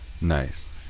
Nice